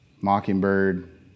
Mockingbird